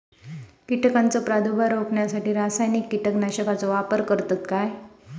कीटकांचो प्रादुर्भाव रोखण्यासाठी रासायनिक कीटकनाशकाचो वापर करतत काय?